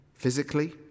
Physically